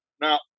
now